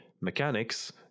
mechanics